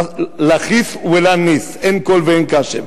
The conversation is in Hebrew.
"לא חיס ולא ניס", אין קול ואין קשב.